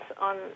on